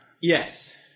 yes